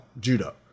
judo